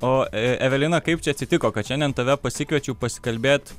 o evelina kaip čia atsitiko kad šiandien tave pasikviečiau pasikalbėt